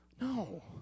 No